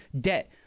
debt